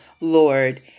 Lord